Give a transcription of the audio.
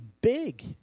big